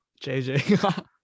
JJ